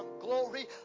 glory